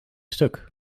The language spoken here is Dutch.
stuk